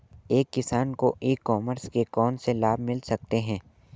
एक किसान को ई कॉमर्स के कौनसे लाभ मिल सकते हैं?